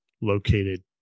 located